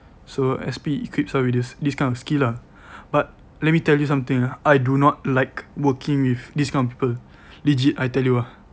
so S_P equips you with this kind of skill lah but let me tell you something ah I do not like working with this kind of people legit I tell you ah